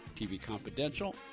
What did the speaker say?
tvconfidential